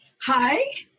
Hi